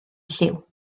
lliw